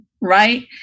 right